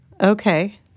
Okay